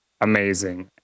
amazing